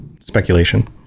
Speculation